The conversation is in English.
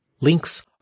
Links